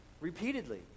repeatedly